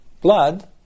blood